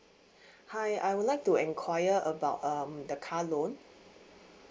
hi I would like to enquire about um the car loan